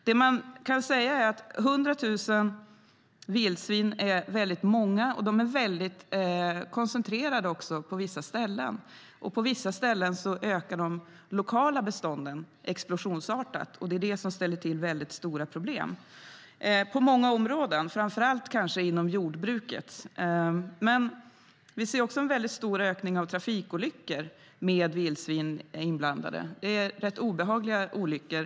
Det man kan säga är att 100 000 vildsvin är väldigt många. De är också väldigt koncentrerade på vissa ställen, och på en del ställen ökar de lokala bestånden explosionsartat. Det ställer till väldigt stora problem på många områden kanske framför allt inom jordbruket. Vi ser också en stor ökning av trafikolyckor med vildsvin inblandade. Det är rätt obehagliga olyckor.